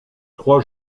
trois